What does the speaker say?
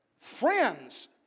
Friends